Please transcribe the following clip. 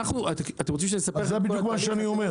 זה מה שאני אומר,